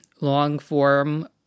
long-form